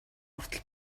хүртэл